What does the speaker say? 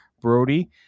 Brody